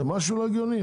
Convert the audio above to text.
זה משהו לא הגיוני.